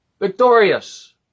Victorious